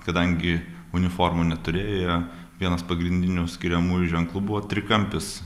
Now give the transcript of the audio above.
kadangi uniformų neturėjo jie vienas pagrindinių skiriamųjų ženklų buvo trikampis